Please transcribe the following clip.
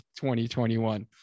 2021